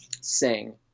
sing